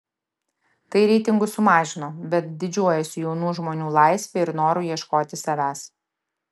tai reitingus sumažino bet didžiuojuosi jaunų žmonių laisve ir noru ieškot savęs